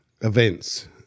events